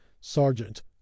sergeant